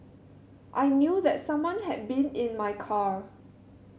I knew that someone had been in my car